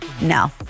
No